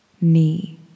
knee